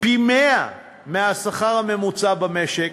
פי-100 מהשכר הממוצע במשק,